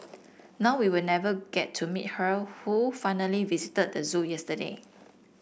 now we'll never get to meet her who finally visited the zoo yesterday